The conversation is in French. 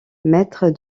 mètre